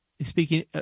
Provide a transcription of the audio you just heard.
speaking